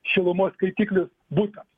šilumos skaitiklius butams